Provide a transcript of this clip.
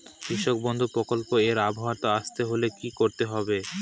কৃষকবন্ধু প্রকল্প এর আওতায় আসতে হলে কি করতে হবে?